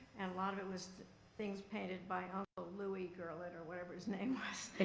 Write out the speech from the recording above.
and a lot of it was things painted by uncle louis gurlitt, or whatever his name was.